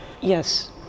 Yes